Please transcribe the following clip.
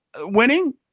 winning